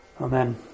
Amen